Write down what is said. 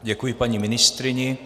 Děkuji paní ministryni.